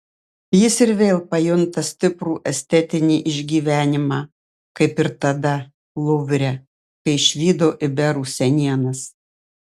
jis ir vėl pajunta stiprų estetinį išgyvenimą kaip ir tada luvre kai išvydo iberų senienas